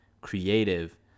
creative